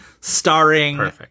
starring